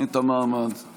לחבר הכנסת שפע.